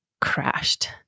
crashed